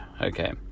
okay